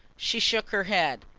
she shook her head.